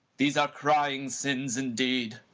these are crying sins indeed.